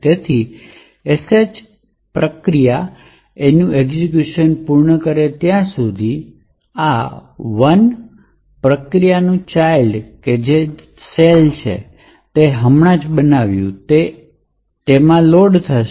Sh પ્રક્રિયા તેની execution પૂર્ણ કરે ત્યાં સુધી આ 1 પ્રક્રિયાનું બાળક તે શેલ છે જે આપણે હમણાં જ બનાવ્યું છે હવે એક પ્રક્રિયા લોકડ થઈ જશે